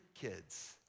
kids